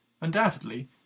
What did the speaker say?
Undoubtedly